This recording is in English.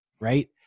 right